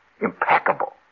impeccable